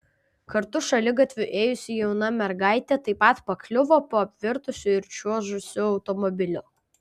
kartu šaligatviu ėjusi jauna mergaitė taip pat pakliuvo po apvirtusiu ir čiuožusiu automobiliu